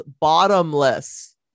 bottomless